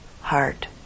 heart